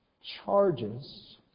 charges